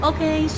Okay